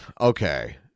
Okay